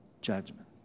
judgment